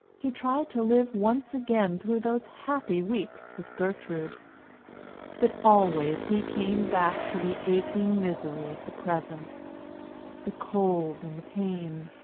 he tried to live once again through those happy weeks with gertrude but always he came back to the aching misery of the present the cold and the pain,